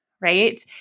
right